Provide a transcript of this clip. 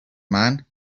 man